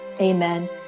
amen